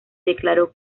declaró